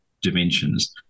dimensions